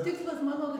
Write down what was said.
tikslas mano